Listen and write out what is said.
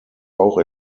auch